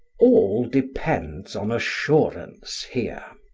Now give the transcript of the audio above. all depends on assurance, here.